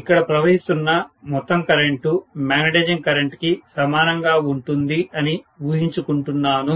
ఇక్కడ ప్రవహిస్తున్న మొత్తం కరెంటు మాగ్నెటైజింగ్ కరెంటు కి సమానంగా ఉంటుంది అని ఊహించుకుంటున్నాను